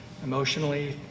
Emotionally